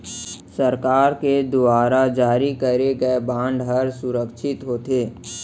सरकार के दुवार जारी करे गय बांड हर सुरक्छित होथे